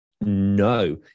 no